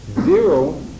Zero